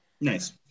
Nice